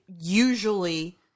usually